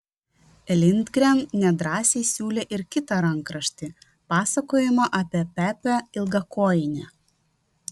lindgren nedrąsiai siūlė ir kitą rankraštį pasakojimą apie pepę ilgakojinę